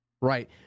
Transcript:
Right